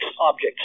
objects